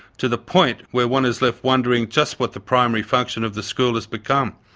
to the point where one is left wondering just what the primary function of the school has become,